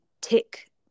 tick